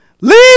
Leave